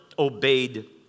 obeyed